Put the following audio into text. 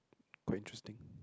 quite interesting